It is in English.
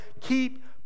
Keep